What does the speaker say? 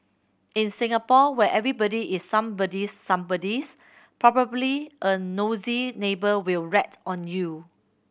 in Singapore where everybody is somebody's somebody's probably a nosy neighbour will rat on you